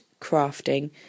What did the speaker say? crafting